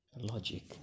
Logic